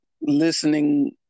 listening